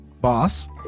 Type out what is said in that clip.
boss